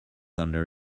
under